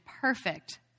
perfect